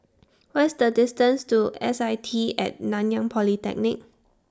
What IS The distance to S I T At Nanyang Polytechnic